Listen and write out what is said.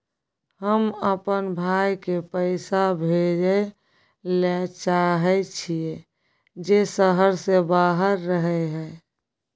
हम अपन भाई के पैसा भेजय ले चाहय छियै जे शहर से बाहर रहय हय